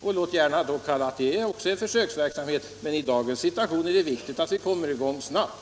Det är om man så vill också en försöksverksamhet, men i dagens situation är det viktigt att vi kommer i gång snabbt.